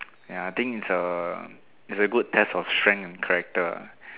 ya I think it's a it's a good test of strength and character